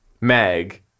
Meg